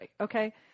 okay